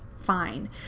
fine